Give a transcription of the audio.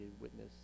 witness